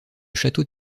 château